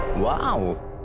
Wow